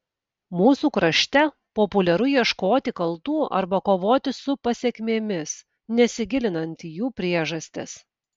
mūsų krašte populiaru ieškoti kaltų arba kovoti su pasekmėmis nesigilinant į jų priežastis